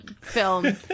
film